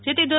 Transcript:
જેથી ધો